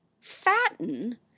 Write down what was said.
fatten